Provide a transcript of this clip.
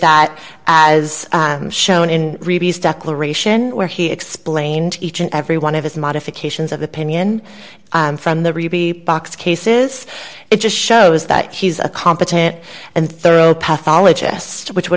that as shown in declaration where he explained each and every one of his modifications of opinion from the box cases it just shows that he's a competent and thorough pathologist which would